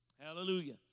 Hallelujah